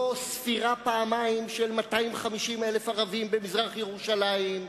לא ספירה פעמיים של 250,000 ערבים במזרח-ירושלים,